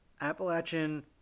Appalachian